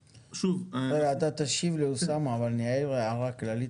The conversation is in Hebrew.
אתה תשיב לאוסאמה, אבל אעיר הערה כללית.